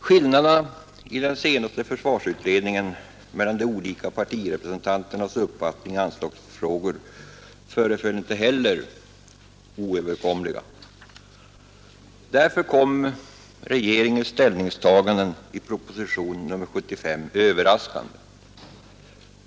Skillnaderna i den senaste försvarsutredningen mellan de olika partirepresentanternas uppfattning i anslagsfrågor föreföll inte heller oöverkomliga. Därför kom regeringens ställningstaganden i propositionen 75 överraskande.